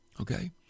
Okay